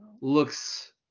looks